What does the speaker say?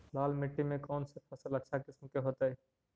लाल मिट्टी में कौन से फसल अच्छा किस्म के होतै?